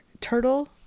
Turtle